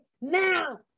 now